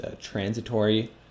transitory